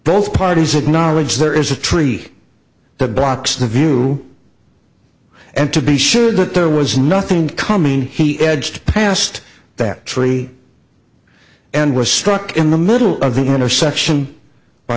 both parties acknowledge there is a tree that blocks the view and to be sure that there was nothing coming he edged past that tree and was struck in the middle of the intersection by